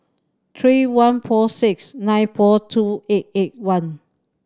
three one four six nine four two eight eight one